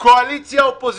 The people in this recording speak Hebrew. קואליציה אופוזיציה,